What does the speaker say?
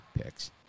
picks